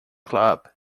club